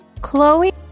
Chloe